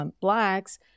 Blacks